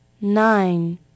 nine